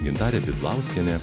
gintarė didlauskienė